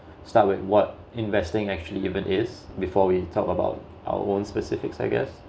start with what investing actually even is before we talk about our own specifics I guess